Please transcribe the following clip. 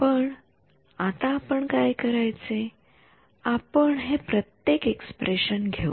तर आता पण काय करायचे आपण हे प्रत्येक एक्स्प्रेशन घेऊ